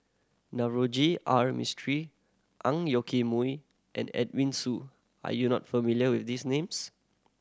Navroji R Mistri Ang Yoke Mooi and Edwin Siew are you not familiar with these names